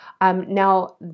Now